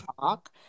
talk